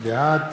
בעד